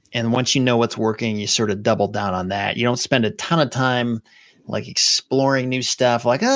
and once you know what's working you sort of double down on that. you don't spend a ton of time like exploring new stuff, like, ah,